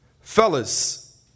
Fellas